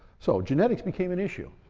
so genetics became an issue.